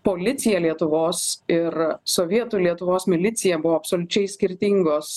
policija lietuvos ir sovietų lietuvos milicija buvo absoliučiai skirtingos